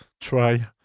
try